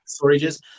storages